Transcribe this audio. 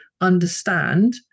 understand